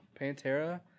Pantera